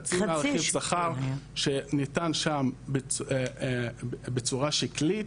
חצי מרכיב השכר שניתן שם בצורה שקלית,